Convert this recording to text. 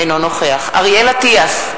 אינו נוכח אריאל אטיאס,